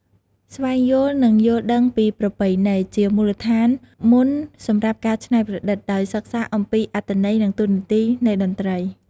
ស្វែងយល់ និងយល់ដឹងពីប្រពៃណី ជាមូលដ្ឋានមុនសម្រាប់ការច្នៃប្រឌិត ដោយសិក្សាអំពីអត្ថន័យនិងតួនាទីនៃតន្ត្រី។